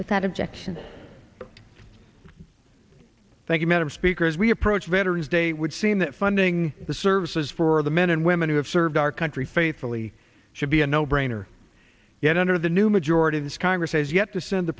without objection thank you madam speaker as we approach veterans day would seem that funding the services for the men and women who have served our country faithfully should be a no brainer yet under the new majority this congress has yet to send the